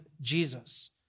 Jesus